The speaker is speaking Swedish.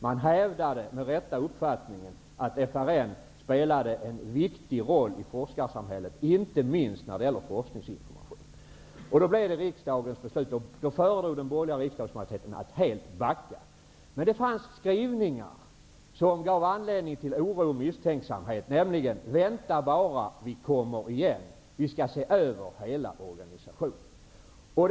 Man hävdade, med rätta, uppfattningen att FRN spelade en viktig roll i forskarsamhället, inte minst när det gäller forskningsinformation. Detta blev riksdagens beslut, och då föredrog den borgerliga riksdagsmajoriteten att helt backa. Men det fanns skrivningar som gav anledning till oro och misstänksamhet, bl.a. detta: Vänta bara, vi kommer igen -- vi skall se över hela organisationen.